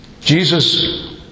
Jesus